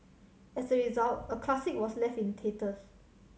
as a result a classic was left in tatters